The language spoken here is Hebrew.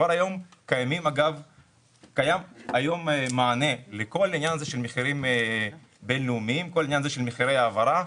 כבר היום קיים מענה לכל העניין הזה של מחירים בינלאומיים ומחירי העברה.